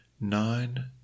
nine